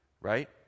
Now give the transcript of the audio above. Right